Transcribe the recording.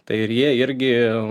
tai ir jie irgi